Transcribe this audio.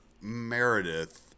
Meredith